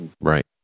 Right